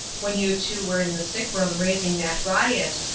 when you two were in the sick-room raising that riot,